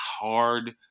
hard